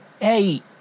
hey